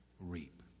reap